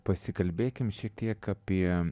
pasikalbėkim šiek tiek apie